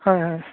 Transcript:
হয় হয়